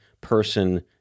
person